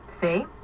see